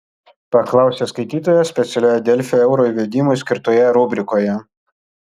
paklausė skaitytojas specialioje delfi euro įvedimui skirtoje rubrikoje